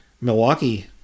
Milwaukee